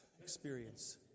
experience